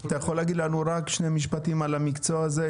אתה יכול להגיד לנו רק שני משפטים על המקצוע הזה?